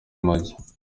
make